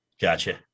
Gotcha